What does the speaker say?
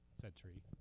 century